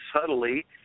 subtly